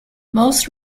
most